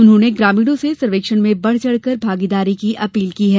उन्होंने ग्रामीणों से सर्वेक्षण में बढ़ चढ़कर भागीदारी की अपील की है